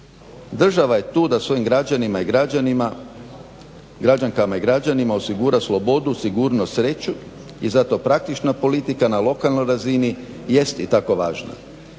Država je tu da svojim građanima i građankama osigura slobodu, sigurnost, sreću i zato praktična politika na lokalnoj razini jest i tako važna.